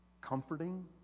comforting